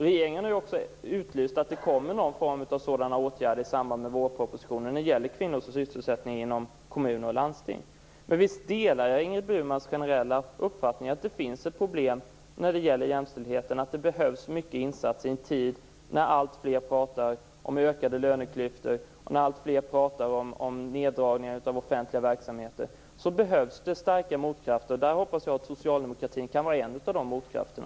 Regeringen har också utlyst att det i vårpropositionen kommer någon form av sådana åtgärder för kvinnors sysselsättning inom kommun och landsting. Men visst delar jag Ingrid Burmans generella uppfattning att det finns problem med jämställdheten och att det behövs många insatser i en tid när alltfler talar om ökade löneklyftor och neddragningar inom offentliga verksamheter. Då behövs starka motkrafter. Där hoppas jag att socialdemokratin kan vara en av de motkrafterna.